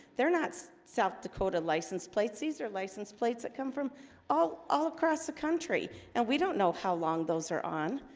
they're not south dakota license plates these are license plates that come from all all across the country and we don't know how long those are on,